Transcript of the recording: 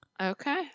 Okay